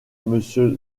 monsieur